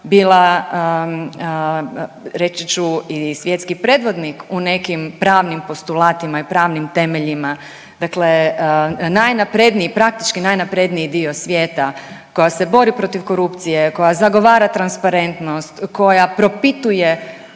bila reći ću i svjetski predvodnik u nekim pravnim postulatima i pravnim temeljima, dakle najnapredniji praktički najnapredniji dio svijeta koja se bori protiv korupcije, koja zagovara transparentnost, koja propituje